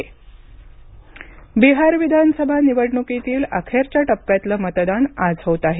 बिहार निवडणक बिहार विधानसभा निवडणुकीतील अखेरच्या टप्प्यातलं मतदान आज होत आहे